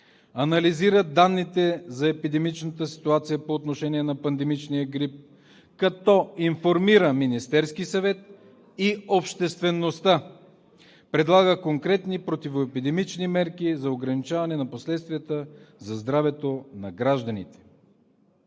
анализира данните за епидемичната ситуация по отношение на пандемичния грип, като информира Министерския съвет и обществеността, предлага конкретни противоепидемични мерки за ограничаване на последствията за здравето на гражданите.